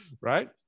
right